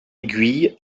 aiguille